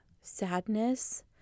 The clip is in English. sadness